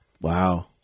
Wow